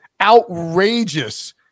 outrageous